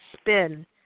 spin